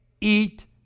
eat